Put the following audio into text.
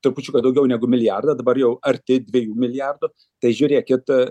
trupučiuką daugiau negu milijardą dabar jau arti dviejų milijardų tai žiūrėkit